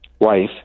wife